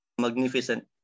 Magnificent